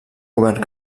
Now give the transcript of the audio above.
govern